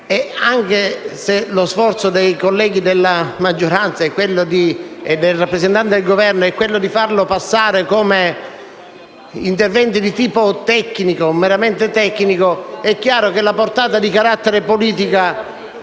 anche se lo sforzo dei colleghi della maggioranza e del rappresentante del Governo è quello di farli passare come interventi meramente di tipo tecnico, è chiaro che hanno una portata di carattere politico.